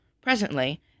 Presently